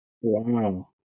Wow